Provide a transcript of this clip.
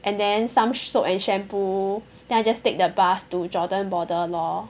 and then some soap and shampoo then I just take the bus to Jordan border lor